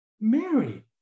Mary